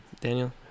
Daniel